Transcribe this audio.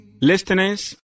listeners